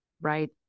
Right